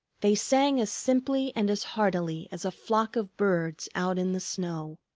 they sang as simply and as heartily as a flock of birds out in the snow.